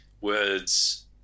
words